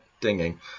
dinging